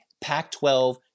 Pac-12